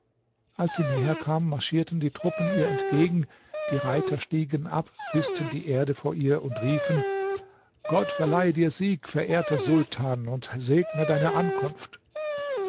als sie näher kam marschierten die truppen ihr entgegen die reiter stiegen ab küßten die erde vor ihr und riefen gott verleihe dir sieg verehrter sultan und segne deine ankunft